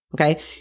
Okay